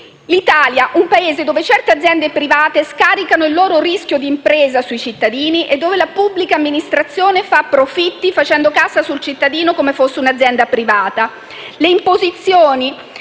L'Italia è un Paese dove certe aziende private scaricano il loro rischio di impresa sui cittadini e dove la pubblica amministrazione fa profitti facendo cassa sul cittadino come fosse un'azienda privata.